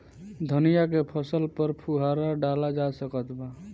धनिया के फसल पर फुहारा डाला जा सकत बा?